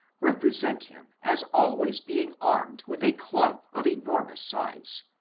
represent him as always being armed with a club of enormous size,